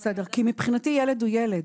מבחינתי, ילד הוא ילד.